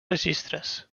registres